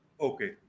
Okay